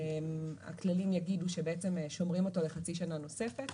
הכללים יגידו ששומרים אותו לחצי שנה נוספת.